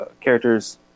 characters